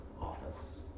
office